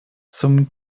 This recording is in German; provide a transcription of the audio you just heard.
zum